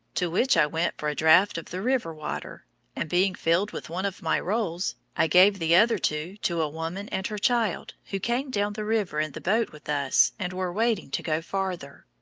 to which i went for a draught of the river water and being filled with one of my rolls, i gave the other two to a woman and her child who came down the river in the boat with us, and were waiting to go farther.